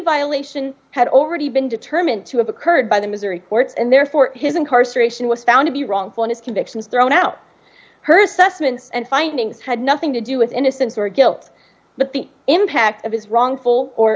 violation had already been determined to have occurred by the missouri courts and therefore his incarceration was found to be wrongful in his convictions thrown out her assessments and findings had nothing to do with innocence or guilt but the impact of his wrongful or